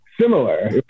Similar